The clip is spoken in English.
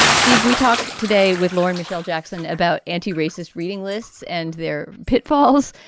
steve, we talked today with lauren michel jackson about anti-racist reading lists and their pitfalls.